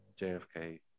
JFK